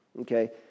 Okay